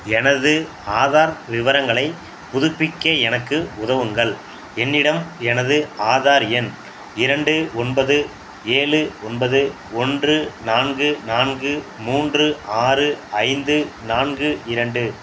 எனது ஆதார் விவரங்களை புதுப்பிக்க எனக்கு உதவுங்கள் என்னிடம் எனது ஆதார் எண் இரண்டு ஒன்பது ஏழு ஒன்பது ஒன்று நான்கு நான்கு மூன்று ஆறு ஐந்து நான்கு இரண்டு